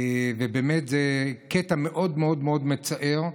ובאמת זה קטע מאוד מאוד מאוד מצער,